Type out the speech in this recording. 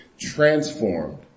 transformed